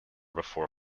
before